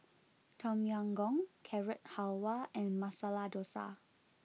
Tom Yam Goong Carrot Halwa and Masala Dosa